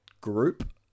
group